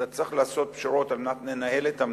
אתה צריך לעשות פשרות על מנת לנהל את המדינה,